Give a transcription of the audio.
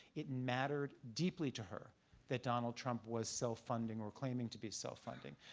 it mattered deeply to her that donald trump was self funding or claiming to be self funding.